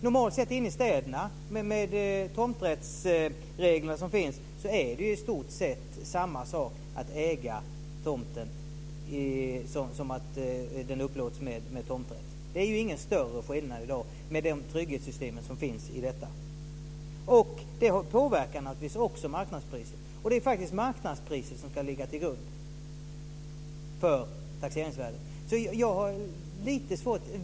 De regler som gäller för tomträtt i städer innebär att det är i stort sett samma sak som att äga tomten. Det är ingen större skillnad i dag, med de trygghetssystem som finns. Det påverkar också marknadspriset. Det är marknadspriset som ska ligga till grund för taxeringsvärdet.